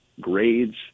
grades